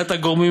ושמיעת הגורמים,